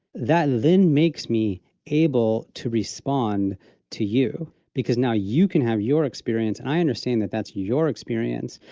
that then makes me able to respond to you. because now you can have your experience and i understand that that's your experience.